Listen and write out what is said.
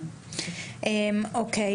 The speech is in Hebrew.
אוקיי.